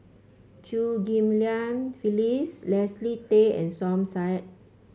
Chew Ghim Lian Phyllis Leslie Tay and Som Said